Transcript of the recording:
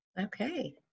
Okay